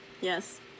yes